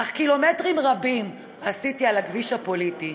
אך קילומטרים רבים עשיתי על הכביש הפוליטי.